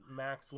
max